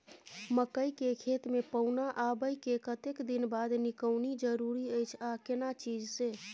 मकई के खेत मे पौना आबय के कतेक दिन बाद निकौनी जरूरी अछि आ केना चीज से?